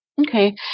Okay